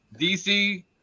DC